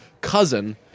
cousin